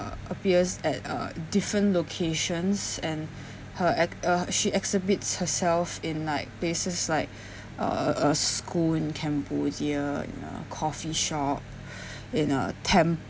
appears at uh different locations and her ex~ uh she exhibits herself in like places like uh a a school in cambodia in a coffee shop in a temple